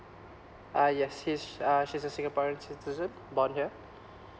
uh yes she's uh she's a singaporean citizen born here